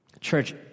Church